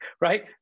right